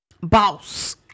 boss